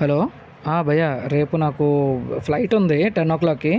hello ఆ భయ్యా రేపు నాకు ఫ్లైట్ ఉంది టెన్ ఓ క్లాక్కి